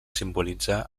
simbolitzar